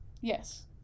Yes